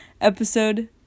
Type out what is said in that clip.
episode